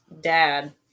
dad